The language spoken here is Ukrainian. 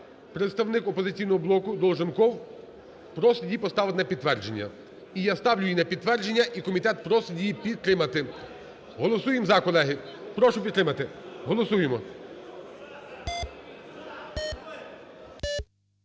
представник "Опозиційного блоку" Долженков просить її поставити на підтвердження. І я ставлю її на підтвердження, і комітет просить її підтримати. Голосуємо "за", колеги, прошу підтримати. Голосуємо.